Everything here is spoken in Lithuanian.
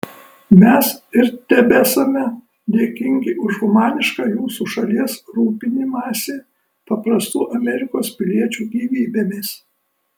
mes ir tebesame dėkingi už humanišką jūsų šalies rūpinimąsi paprastų amerikos piliečių gyvybėmis